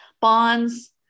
bonds